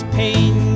pain